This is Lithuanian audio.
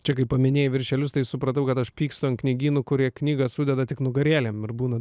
čia kai paminėjai viršelius tai supratau kad aš pykstu ant knygynų kurie knygą sudeda tik nugarėlėm ir būna